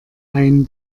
ein